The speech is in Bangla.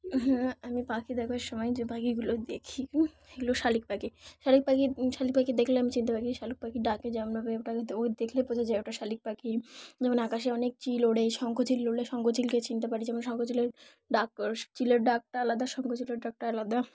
হ্যাঁ আমি পাখি দেখার সময় যে পাখিগুলো দেখি সেগুলো শালিক পাখি শালিক পাখি শালিক পাখি দেখলে আমি চিনতে পারখি শালু পাখি ডাকে যোমনাবে ওটাকে ও দেখলে বোঝা যায় ওটা শালিক পাখি যেমন আকাশে অনেক চিল ওড়ে শঙ্খ চিল লড়লে শঙ্খ চিলকে চিনতে পারি যেমন শঙ্ক চিলের ডাক চিলের ডাকটা আলাদা শঙ্খ চিলের ডাকটা আলাদা